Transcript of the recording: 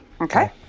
Okay